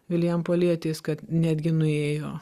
vilijampolietės kad netgi nuėjo